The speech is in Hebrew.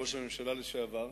ראש הממשלה לשעבר,